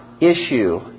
issue